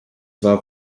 war